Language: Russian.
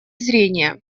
зрения